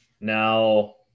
Now